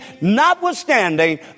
notwithstanding